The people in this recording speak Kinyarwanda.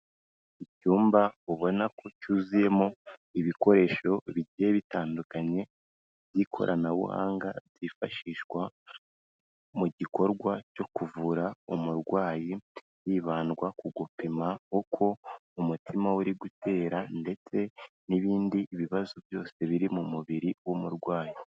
Icyumba ubona ko cyuzuyemo ibikoresho bigiye bitandukanye by'ikoranabuhanga, byifashishwa mu gikorwa cyo kuvura umurwayi, hibandwa ku gupima uko umutima uri gutera, ndetse n'ibindi bibazo byose biri mu mubiri w'umurwayi.